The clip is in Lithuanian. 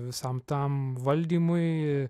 visam tam valdymui